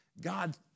God